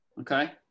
Okay